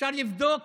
אפשר לבדוק